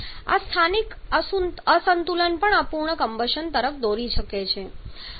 આ સ્થાનિક અસંતુલન પણ અપૂર્ણ કમ્બશન તરફ દોરી શકે છે